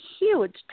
huge